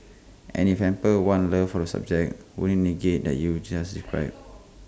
and if hampers one's love for the subject wouldn't IT negate that you've just described